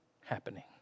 happening